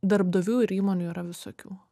darbdavių ir įmonių yra visokių